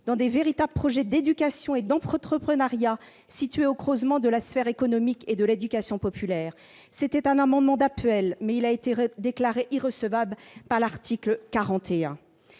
dans de véritables projets d'éducation et d'entrepreneuriat situés au croisement de la sphère économique et de l'éducation populaire. C'était un amendement d'appel, mais il a été déclaré irrecevable au titre de